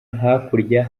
hakurya